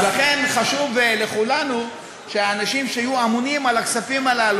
אז לכן חשוב לכולנו שהאנשים שיהיו אמונים על הכספים הללו,